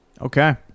Okay